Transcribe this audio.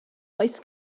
oes